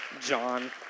John